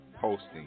posting